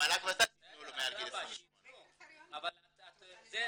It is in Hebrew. ומל"ג ות"ת יתנו לו מעל גיל 28. זו